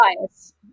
bias